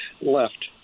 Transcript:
left